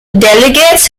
delegates